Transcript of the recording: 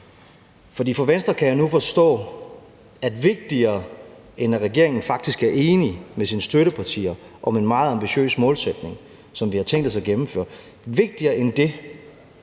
For fra Venstre kan jeg nu forstå, at vigtigere, end at regeringen faktisk er enig med sine støttepartier om en meget ambitiøs målsætning, som vi har tænkt os at gennemføre,